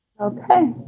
Okay